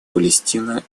палестина